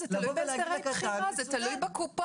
הוא לא בוחר, אתם מכוונים אותו.